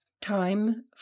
Time